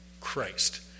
Christ